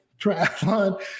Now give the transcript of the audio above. triathlon